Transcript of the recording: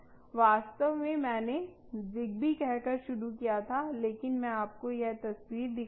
वास्तव में मैंने ज़िगबी कहकर शुरू किया था लेकिन मैं आपको यह तस्वीर दिखा रही हूं